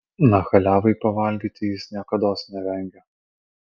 nachaliavai pavalgyti jis niekados nevengia